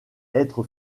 être